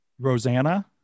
Rosanna